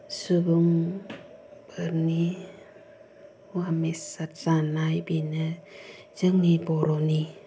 सुबुं फोरनि मिथिसारजानाय बेनो जोंनि बर'नि